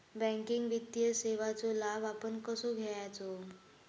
Banking वित्तीय सेवाचो लाभ आपण कसो घेयाचो?